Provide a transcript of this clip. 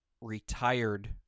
retired